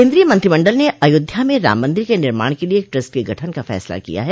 केन्द्रीय मंत्रिमंडल ने अयोध्या में राम मंदिर के निर्माण के लिए एक ट्रस्ट के गठन का फैसला किया है